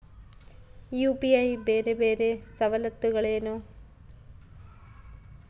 UPI ಬೇರೆ ಬೇರೆ ಸವಲತ್ತುಗಳೇನು?